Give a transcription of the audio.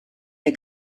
der